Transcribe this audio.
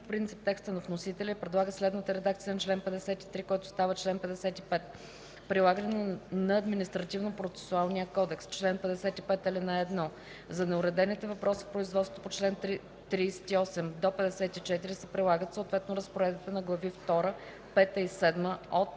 принцип текста на вносителя и предлага следната редакция на чл. 53, който става чл. 55: „Прилагане на Административнопроцесуалния кодекс Чл. 55. (1) За неуредените въпроси в производството по чл. 38 54 се прилагат съответно разпоредбите на глави втора, пета